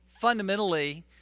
fundamentally